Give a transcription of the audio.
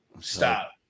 Stop